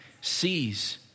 sees